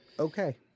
okay